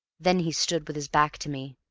then he stood with his back to me,